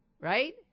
right